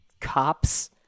cops